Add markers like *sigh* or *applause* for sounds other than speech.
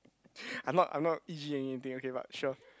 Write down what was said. *breath* I'm not I'm not anything okay but sure